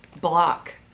block